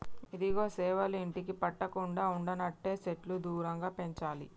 ఇదిగో సేవలు ఇంటికి పట్టకుండా ఉండనంటే సెట్లు దూరంగా పెంచాలి